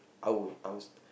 I would I would